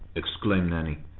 exclaimed nanny,